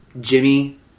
Jimmy